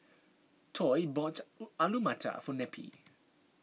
Toy bought Alu Matar for Neppie